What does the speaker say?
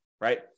right